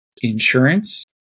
insurance